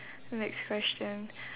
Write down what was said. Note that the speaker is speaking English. next question